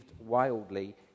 wildly